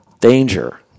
danger